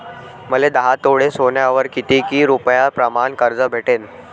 मले दहा तोळे सोन्यावर कितीक रुपया प्रमाण कर्ज भेटन?